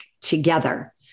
together